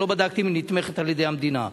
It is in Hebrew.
לא בדקתי אם היא נתמכת על-ידי המדינה,